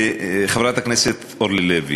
חברת הכנסת אורלי לוי,